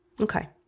Okay